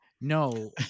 No